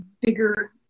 bigger